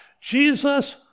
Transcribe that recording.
Jesus